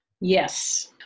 Yes